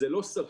זה לא סביר.